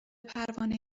پروانه